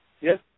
Yes